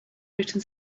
written